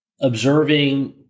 Observing